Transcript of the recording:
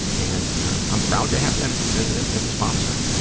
and i'm proud to have them as ah as a sponsor.